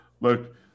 look